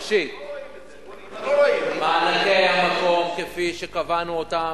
ראשית, מענקי המקום, כפי שקבענו אותם,